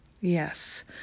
yes